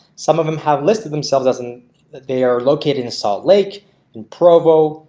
some of them have listed themselves as and they are located in salt lake and provo,